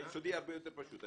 ביסודי זה הרבה יותר פשוט.